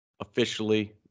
officially